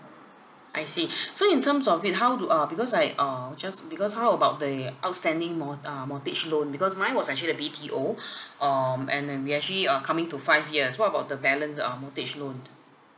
I see so in terms of it how do uh because I uh just because how about the outstanding mort~ uh mortgage loan because mine was actually a B_T_O um and then we actually uh coming to five years what about the balance uh mortgage loan